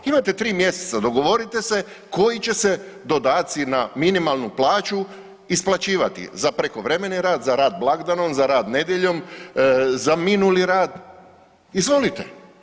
Imate 3 mjeseca, dogovorite se koji će se dodaci na minimalnu plaću isplaćivati, za prekovremeni rad, za rad blagdanom, za rad nedjeljom, za minuli rad, izvolite.